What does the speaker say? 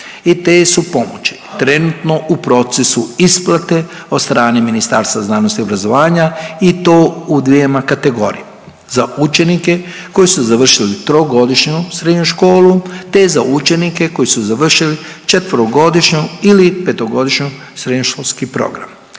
i te su pomoći trenutno u procesu isplate od strane Ministarstva znanosti i obrazovanja i to u dvjema kategorijama, za učenike koji su završili trogodišnju srednju školu te za učenike koji su završili četverogodišnju ili petogodišnju srednjoškolski program.